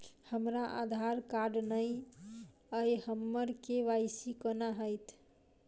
हमरा आधार कार्ड नै अई हम्मर के.वाई.सी कोना हैत?